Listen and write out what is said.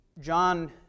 John